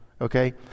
okay